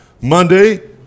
Monday